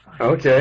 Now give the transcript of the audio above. Okay